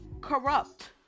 Corrupt